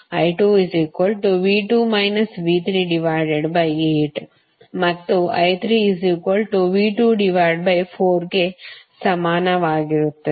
ix ಸಹ V1 V22 I2 V2 V38 ಮತ್ತು I3V24 ಗೆ ಸಮಾನವಾಗಿರುತ್ತದೆ